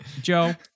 Joe